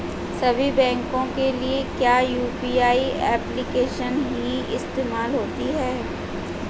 सभी बैंकों के लिए क्या यू.पी.आई एप्लिकेशन ही इस्तेमाल होती है?